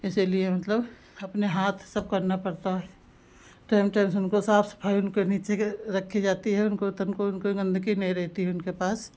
इसीलिए मतलब अपने हाथ सब करना पड़ता है टाइम टाइम से उनको साफ सफाई उन करनी चहिए रखी जाती है उनको तनिको उनके गंदगी नहीं रहती है उनके पास